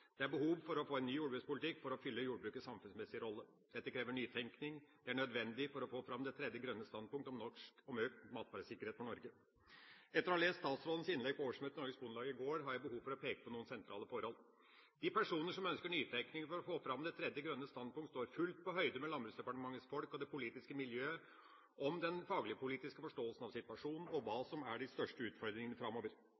Det er behov for å få en ny jordbrukspolitikk for å fylle jordbrukets samfunnsmessige rolle. Dette krever nytenkning. Det er nødvendig for å få fram det tredje grønne standpunkt – om økt matvaresikkerhet for Norge. Etter å ha lest statsrådens innlegg på årsmøtet i Norges Bondelag i går har jeg behov for å peke på noen sentrale forhold. De personer som ønsker nytenkning for å få fram det tredje grønne standpunkt, står fullt på høyde med Landbruksdepartementets folk og det politiske miljøet når det gjelder den fagligpolitiske forståelsen av situasjonen og